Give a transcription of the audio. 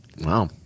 Wow